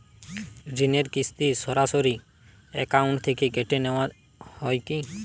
ঋণের কিস্তি সরাসরি অ্যাকাউন্ট থেকে কেটে নেওয়া হয় কি?